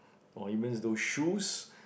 or even those shoes